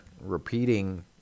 repeating